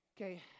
Okay